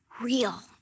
real